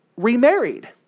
Remarried